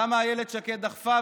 למה אילת שקד דחפה,